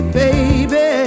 baby